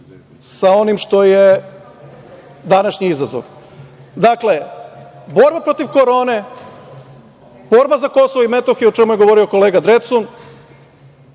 sa onim što je današnji izazov. Dakle, borba protiv korone, borba za Kosovo i Metohiju, o čemu je govorio kolega Drecun,